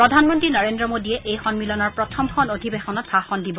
প্ৰধানমন্ত্ৰী নৰেন্দ্ৰ মোদীয়ে এই সন্মিলনৰ প্ৰথমখন অধিবেশনত ভাষণ দিব